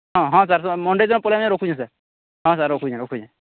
ହଁ ହଁ sir Monday ଦିନ ପଲେଇଆଏମି ରଖୁଚେଁ ସାର୍ ହଁ ସାର୍ ରଖୁଚେଁ ରଖୁଚେଁ